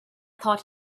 thought